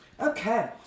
okay